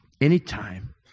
Anytime